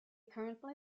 currently